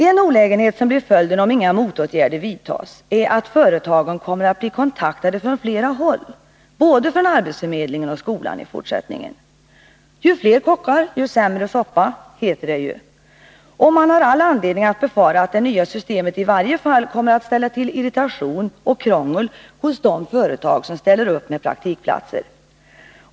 En olägenhet som blir följden — om inga motåtgärder vidtas — är att företagen i fortsättningen kommer att bli kontaktade från flera håll, både från arbetsförmedlingen och från skolan. ”Ju fler kockar desto sämre soppa”, heter det som bekant. Man har all anledning att befara att det nya systemet i varje fall kommer att ställa till irritation och krångel hos de företag som ställer upp med praktikplatser.